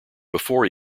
before